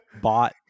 bought